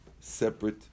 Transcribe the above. separate